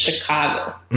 Chicago